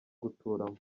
guturamo